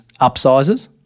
upsizes